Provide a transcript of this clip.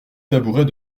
tabouret